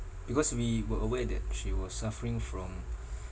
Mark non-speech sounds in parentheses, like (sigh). because we were aware that she was suffering from (breath)